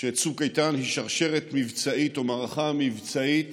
שצוק איתן הוא שרשרת מבצעית או מערכה מבצעית